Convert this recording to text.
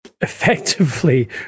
effectively